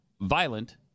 violent